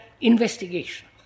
investigation